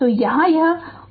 तो यहाँ यह V 50 है